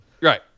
Right